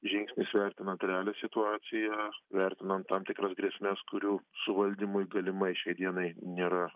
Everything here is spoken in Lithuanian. žingsnis vertinant realią situaciją vertinant tam tikras grėsmes kurių suvaldymui galimai šiai dienai nėra